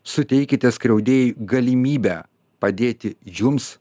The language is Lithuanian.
suteikite skriaudėjui galimybę padėti jums